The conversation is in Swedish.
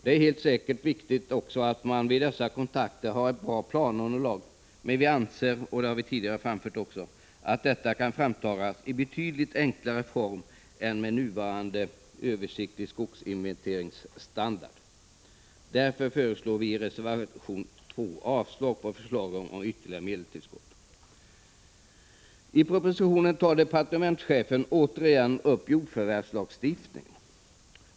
Det är säkert viktigt att man vid dessa kontakter har ett bra planunderlag, men vi anser i enlighet med vad vi tidigare framfört att detta kan framtas i en betydligt enklare form än på grundval av nuvarande standard för de översiktliga skogsinventeringarna. Därför föreslår vi i reservation 2 avslag på 13 förslagen om ytterligare medelstillskott. I propositionen tar departementschefen återigen upp frågan om jordförvärvslagstiftningen.